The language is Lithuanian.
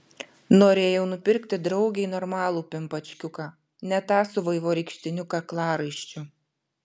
norėjau nupirkti draugei normalų pimpačkiuką ne tą su vaivorykštiniu kaklaraiščiu